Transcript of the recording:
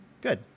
good